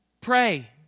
Pray